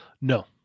No